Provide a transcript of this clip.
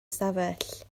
ystafell